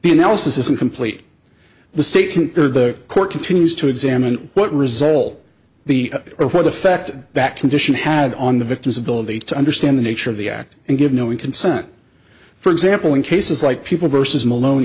the analysis isn't complete the state can or the court continues to examine what result the or what effect that condition had on the victim's ability to understand the nature of the act and give knowing consent for example in cases like people vs molone